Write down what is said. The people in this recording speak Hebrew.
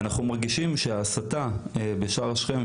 אנחנו מרגישים שההסתה בשער שכם,